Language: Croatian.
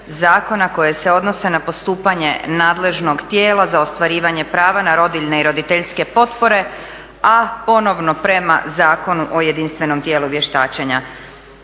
Zakona koje se odnose na postupanje nadležnog tijela za ostvarivanje prava na rodiljne i roditeljske potpore a ponovno prema Zakonu o jedinstvenom tijelu vještačenja.